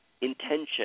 intention